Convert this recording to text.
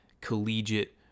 collegiate